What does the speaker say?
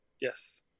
Yes